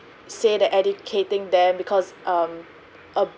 say that educating them because um a